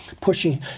Pushing